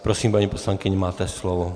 Prosím, paní poslankyně, máte slovo.